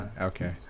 Okay